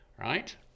right